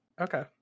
Okay